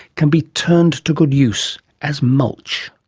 can be turned to good use as mulch.